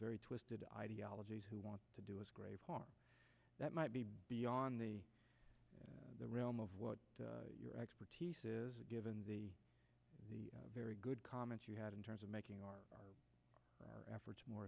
very twisted ideologies who want to do us grave harm that might be beyond the realm of what your expertise is given the the very good comments you had in terms of making our efforts more